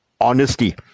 honesty